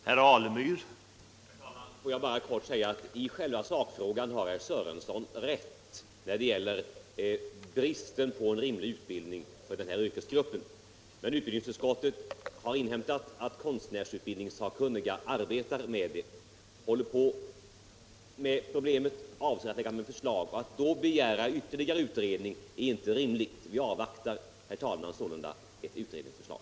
Herr talman! Får jag bara helt kort säga att i själva sakfrågan har herr Sörenson rätt när det gäller bristen på lämplig utbildning för ifrågavarande yrkesgrupp. Men utbildningsutskottet har inhämtat att konstnärsutbildningssakkunniga arbetar med problemet och avser att lägga fram förslag. Att då begära ytterligare utredning är inte rimligt. Vi avvaktar sålunda, herr talman, ett utredningsförslag.